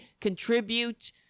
contribute